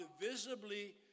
visibly